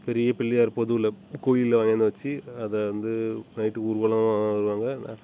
பெரிய பிள்ளையார் பொதுவில கோயிலில் வாங்கியாந்து வச்சி அதை வந்து நைட் ஊர்வலமாக வருவாங்க என்ன